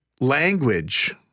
language